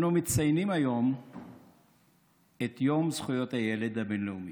אנו מציינים היום את יום זכויות הילד הבין-לאומי.